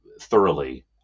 thoroughly